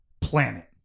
planet